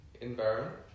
environment